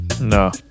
No